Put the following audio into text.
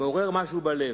מעורר משהו בלב,